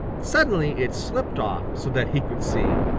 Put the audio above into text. suddenly it slipped off, so that he could see.